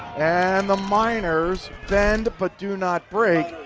and the miners bend but do not break,